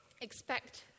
expect